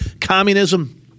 communism